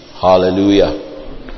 Hallelujah